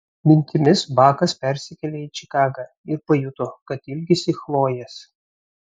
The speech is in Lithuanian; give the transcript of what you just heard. mintimis bakas persikėlė į čikagą ir pajuto kad ilgisi chlojės